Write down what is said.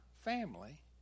family